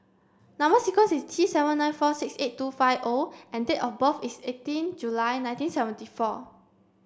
number sequence is T seven nine four six eight two five O and date of birth is eighteen July nineteen seventy four